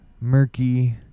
Murky